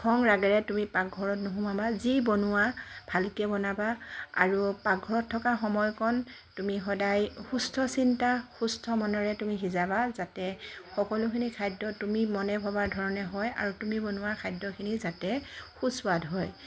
খং ৰাগেৰে তুমি পাকঘৰত নোসোমাবা যি বনোৱা ভালকৈ বনাবা আৰু পাকঘৰত থকা সময়কণ তুমি সদায় সুস্থ চিন্তা সুস্থ মনেৰে তুমি সিজাবা যাতে সকলোখিনি খাদ্য তুমি মনে ভবাৰ ধৰণে হয় আৰু তুমি বনোৱা খাদ্যখিনি যাতে সুস্বাদ হয়